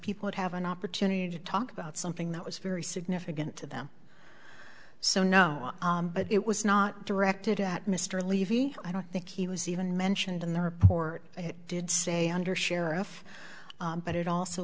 people would have an opportunity to talk about something that was very significant to them so no but it was not directed at mr levy i don't think he was even mentioned in the report it did say undersheriff but it also